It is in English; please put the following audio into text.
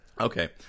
Okay